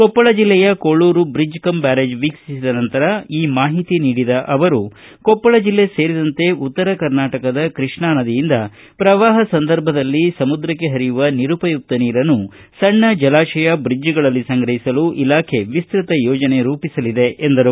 ಕೊಪ್ಪಳ ಜಿಲ್ಲೆಯ Kolur bridge cum barrage ವೀಕ್ಷಿಸಿದ ನಂತರ ಈ ಮಾಹಿತಿ ನೀಡಿದ ಅವರು ಕೊಪ್ಪಳ ಜಿಲ್ಲೆ ಸೇರಿದಂತೆ ಉತ್ತರ ಕರ್ನಾಟಕದ ಕೃಷ್ಣಾ ನದಿಯಿಂದ ಪ್ರವಾಹ ಸಂದರ್ಭದಲ್ಲಿ ನದಿಗೆ ಹರಿಯುವ ನಿರುಪಯುಕ್ತ ನೀರನ್ನು ಸಣ್ಣ ಜಲಾಶಯ ಬ್ರಿಡ್ಜ್ಗಳಲ್ಲಿ ಸಂಗ್ರಹಿಸಲು ಇಲಾಖೆ ವಿಸ್ತೃತ ಯೋಜನೆ ರೂಪಿಸಲಿದೆ ಎಂದರು